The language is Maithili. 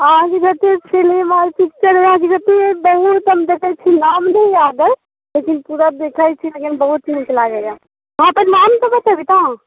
अहाँकेँ जतेक सिनेमा अइ पिक्चर अहाँकेँ जतेक बहूत हम देखैत छी नाम नहि याद अइ लेकिन पूरा विषय सुनैमे बड़ा नीक लागैया अहाँ अपन नाम तऽ बतबितहुँ